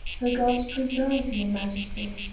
the gods preserve your majesty,